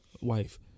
wife